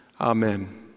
Amen